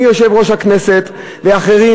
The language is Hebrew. מיושב-ראש הכנסת ואחרים,